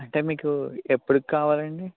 అంటే మీకు ఇది ఎప్పటికి కావాలండి